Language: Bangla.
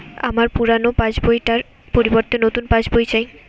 আমার পুরানো পাশ বই টার পরিবর্তে নতুন পাশ বই চাই